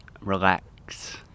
Relax